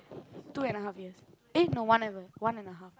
two and half years eh no one and a one and a half